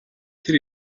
тэр